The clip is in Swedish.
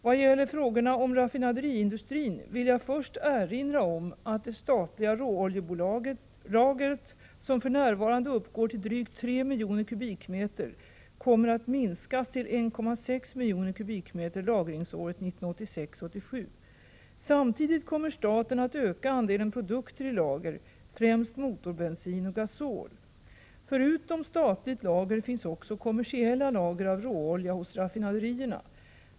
Vad gäller frågorna om raffinaderiindustrin vill jag först erinra om att det statliga råoljebolagets lagringskapacitet, som för närvarande uppgår till drygt 3 miljoner m?, kommer att minskas till 1,6 miljoner m? lagringsåret 1986/87. Samtidigt kommer staten att öka andelen produkter i lager, främst motorbensin och gasol. Förutom statligt lager finns också kommersiella lager av råolja hos raffinaderierna.